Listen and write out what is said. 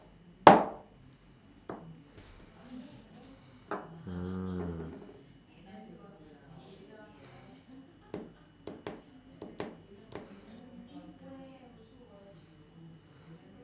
ah